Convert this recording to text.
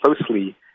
closely